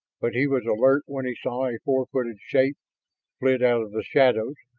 but he was alert when he saw a four-footed shape flit out of the shadows,